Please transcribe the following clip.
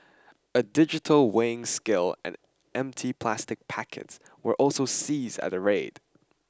a digital weighing scale and empty plastic packets were also seized at the raid